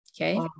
okay